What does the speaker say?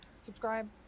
subscribe